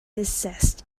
assessed